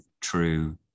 true